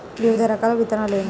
వివిధ రకాల విత్తనాలు ఏమిటి?